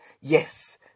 yes